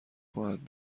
باید